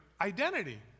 identity